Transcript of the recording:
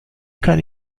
kann